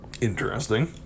Interesting